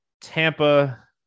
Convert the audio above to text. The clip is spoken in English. tampa